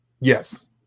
Yes